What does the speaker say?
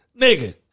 Nigga